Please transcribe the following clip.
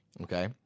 Okay